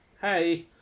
Hey